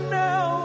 now